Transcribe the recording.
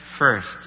First